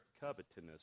covetousness